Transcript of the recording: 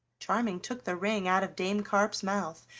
charming took the ring out of dame carp's mouth,